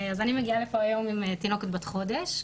אני מגיעה לפה היום עם תינוקת בת חודש,